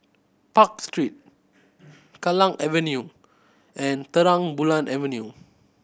Park Street Kallang Avenue and Terang Bulan Avenue